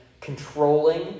controlling